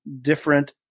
different